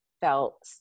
felt